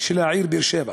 של העיר באר-שבע.